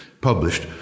published